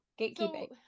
gatekeeping